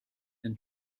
and